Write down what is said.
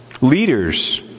Leaders